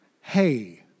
Hey